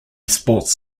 sports